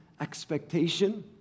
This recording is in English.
expectation